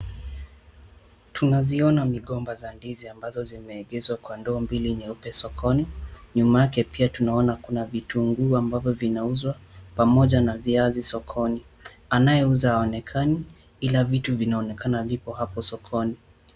Tunaziona migomba za ndizi ambazo zimeegezwa kwa ndoo mbili nyeupe sokoni ,nyuma yake pia tunaona kuna vitunguu ambazo zinauzwa pamoja na viazi sokoni ,anayeuza haonekani ila vitu vinaonekana vipo hapo sokoni .